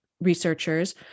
researchers